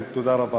כן, תודה רבה.